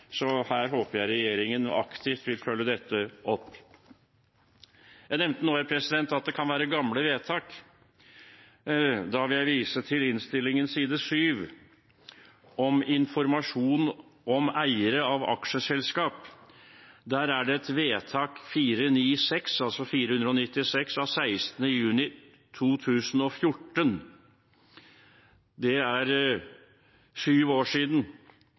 Så her håper jeg regjeringen aktivt vil følge dette opp. Jeg nevnte nå at det kan være gamle vedtak. Da vil jeg vise til innstillingens side 7, om informasjon om eiere av aksjeselskap. Der er det et vedtak, 496 av 16. juni 2014. Det er syv år siden.